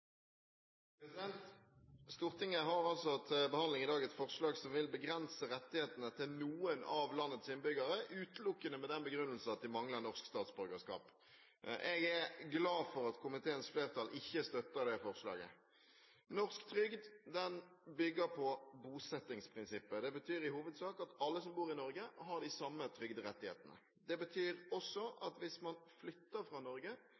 Norge. Stortinget har i dag til behandling et forslag som vil begrense rettighetene til noen av landets innbyggere, utelukkende med den begrunnelse at de mangler norsk statsborgerskap. Jeg er glad for at komiteens flertall ikke støtter det forslaget. Norsk trygd bygger på bosettingsprinsipppet. Det betyr i hovedsak at alle som bor i Norge, har de samme trygderettighetene. Det betyr også at hvis man flytter fra Norge,